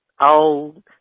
old